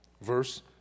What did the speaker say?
verse